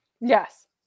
Yes